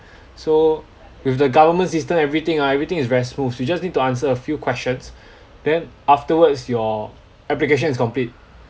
so with the government's system everything ah everything is very smooth you just need to answer a few questions then afterwards your application is complete